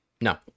No